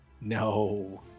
No